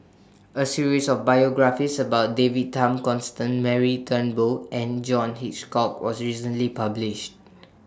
A series of biographies about David Tham Constance Mary Turnbull and John Hitchcock was recently published